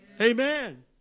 Amen